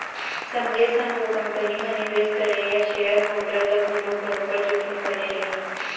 संगे संग ओ कंपनी म निवेश करइया सेयर होल्डर ल घलोक बरोबर जोखिम बने रही